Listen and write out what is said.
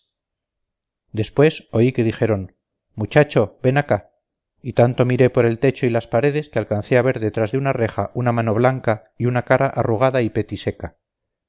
después oí que dijeron muchacho ven acá y tanto miré por el techo y las paredes que alcancé a ver detrás de una reja una mano blanca y una cara arrugada y petiseca ya